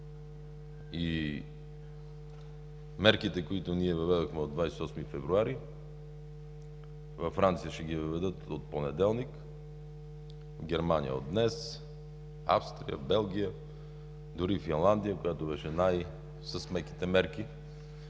Мерките, които ние въведохме от 28 февруари, във Франция ще ги въведат от понеделник, в Германия – от днес, Австрия, Белгия, дори Финландия, която беше с най-меките мерки,